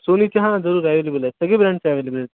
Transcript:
सोनीची हा जरूर एवेलेबल आहे सगळे ब्रँडचे अवेलेबल आहेत